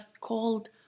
called